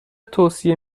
توصیه